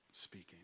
speaking